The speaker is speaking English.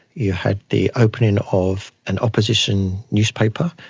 you had the opening of an opposition newspaper,